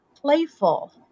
playful